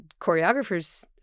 choreographers